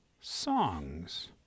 songs